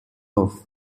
off